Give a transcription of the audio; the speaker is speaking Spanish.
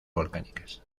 volcánicas